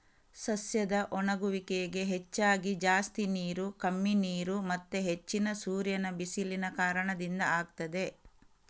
ಸಸ್ಯದ ಒಣಗುವಿಕೆಗೆ ಹೆಚ್ಚಾಗಿ ಜಾಸ್ತಿ ನೀರು, ಕಮ್ಮಿ ನೀರು ಮತ್ತೆ ಹೆಚ್ಚಿನ ಸೂರ್ಯನ ಬಿಸಿಲಿನ ಕಾರಣದಿಂದ ಆಗ್ತದೆ